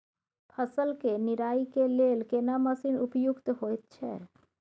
फसल के निराई के लेल केना मसीन उपयुक्त होयत छै?